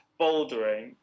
bouldering